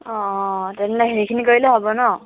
অ' তেনেহ'লে সেইখিনি কৰিলেই হ'ব ন